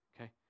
okay